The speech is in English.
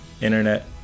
internet